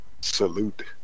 Salute